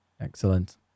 excellent